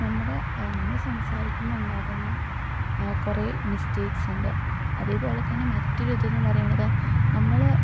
നമ്മുടെ നമ്മള് സംസാരിക്കുമ്പം ഉണ്ടാകുന്ന കുറെ മിസ്റ്റേക്സ് ഉണ്ട് അതേപോലെതന്നെ മറ്റൊര് ഇത് എന്ന് പറയുന്നത് നമ്മള്